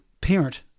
parent